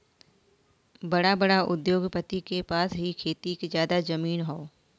बड़ा बड़ा उद्योगपति के पास ही खेती के जादा जमीन हौ